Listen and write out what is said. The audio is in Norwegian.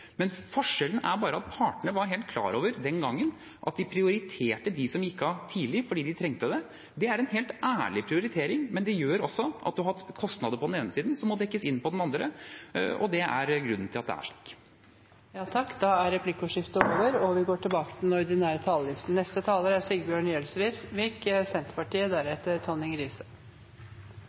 Forskjellen er bare at partene var helt klar over den gangen at de prioriterte dem som gikk av tidlig fordi de trengte det. Det er en helt ærlig prioritering, men det gjør også at en har kostnader på den ene siden som må dekkes inn på den andre, og det er grunnen til at det er slik.